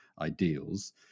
ideals